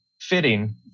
fitting